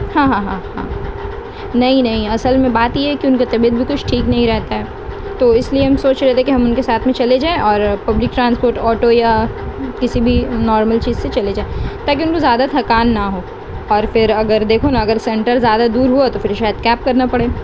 ہاں ہاں ہاں ہاں نہیں نہیں اصل میں بات یہ ہے کہ ان کی طبیعت بھی کچھ ٹھیک نہیں رہتا ہے تو اس لیے ہم سوچ رہے تھے کہ ہم ان کے ساتھ میں چلے جائیں اور پبلک ٹرانسپورٹ آٹو یا کسی بھی نارمل چیز سے چلے جائیں تاکہ ان کو زیادہ تھکان نہ ہو اور پھر اگر دیکھو نا اگر سینٹر زیادہ دور ہوا تو پھر شاید کیب کرنا پڑے